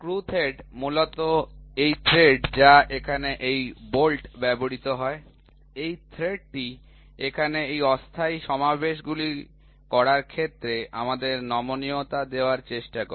screw thread তো মূলত এই থ্রেড যা এখানে এই বল্ট ব্যবহৃত হয় এই থ্রেডটি এখানে এই অস্থায়ী সমাবেশ গুলি করার ক্ষেত্রে আমাকে নমনীয়তা দেওয়ার চেষ্টা করে